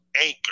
Anchor